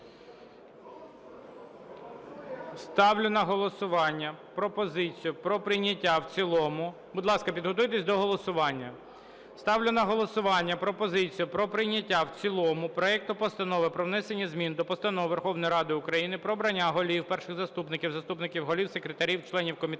Ставлю на голосування пропозицію про прийняття в цілому проекту Постанови про внесення змін до Постанови Верховної Ради України "Про обрання голів, перших заступників, заступників голів, секретарів, членів комітетів